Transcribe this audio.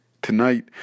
Tonight